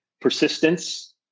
persistence